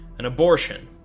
an abortion,